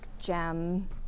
gem